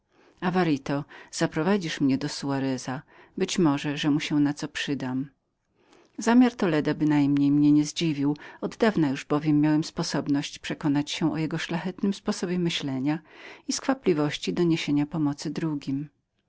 mieście avarito zaprowadzisz mnie do soareza być może że mu się na co przydam zamiar ten ze strony toleda bynajmniej mnie nie zdziwił od dawna już bowiem miałem sposobność przekonania się o jego szlachetnym sposobie myślenia i skwapliwości do niesienia pomocy drugim